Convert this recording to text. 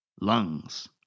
lungs